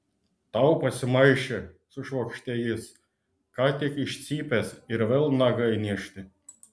tau pasimaišė sušvokštė jis ką tik iš cypęs ir vėl nagai niežti